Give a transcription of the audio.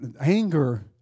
Anger